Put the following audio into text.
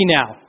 now